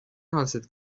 حاصل